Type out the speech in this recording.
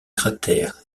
cratères